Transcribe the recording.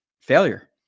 failure